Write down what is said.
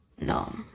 no